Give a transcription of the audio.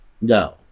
No